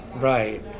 right